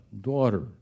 daughter